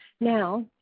now